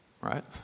right